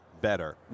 better